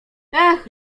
ach